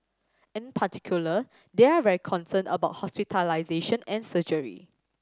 in particular they are very concerned about hospitalisation and surgery